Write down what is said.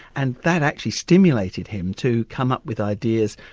and that actually stimulated him to come up with ideas.